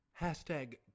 Hashtag